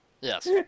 Yes